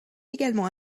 également